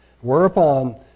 Whereupon